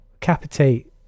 capitate